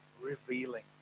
revealing